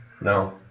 No